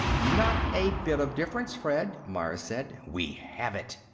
not a bit of difference, fred, myers said. we have it!